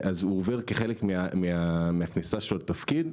כחלק מהכניסה שלו לתפקיד,